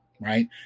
Right